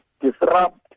disrupt